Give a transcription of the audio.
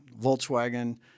Volkswagen